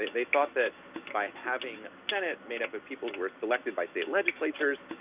they thought that by having senate made up of people who were selected by state legislatures,